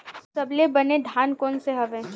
सबले बने धान कोन से हवय?